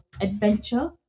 adventure